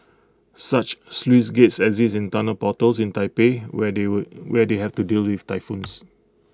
such sluice gates exist in tunnel portals in Taipei where they would where they have to deal with typhoons